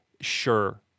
Sure